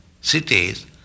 cities